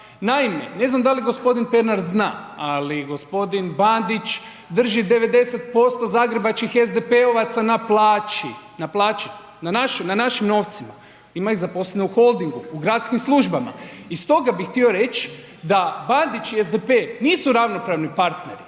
naime ne znam da li g. Pernar zna, ali g. Bandić drži 90% zagrebačkih SDP-ovaca na plaći, na plaći, na našim, na našim novcima, ima ih zaposlenih u Holdingu, u gradskim službama i stoga bi htio reć da Bandić i SDP nisu ravnopravni partneri,